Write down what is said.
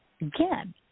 again